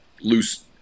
loose